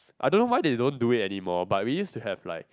I don't know why they don't do it anymore but we used to have like